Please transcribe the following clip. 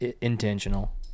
intentional